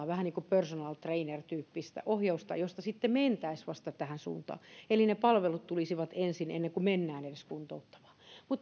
vähän niin kuin personal trainer tyyppistä ohjausta josta sitten mentäisiin vasta tähän suuntaan eli ne palvelut tulisivat ensin ennen kuin mennään edes kuntouttavaan